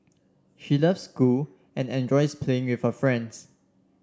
she loves school and enjoys playing with her friends